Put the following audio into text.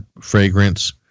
fragrance